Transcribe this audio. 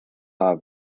are